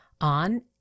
on